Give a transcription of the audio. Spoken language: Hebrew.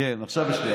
כן, עכשיו יש לי.